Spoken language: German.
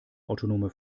autonome